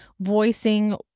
voicing